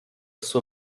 sua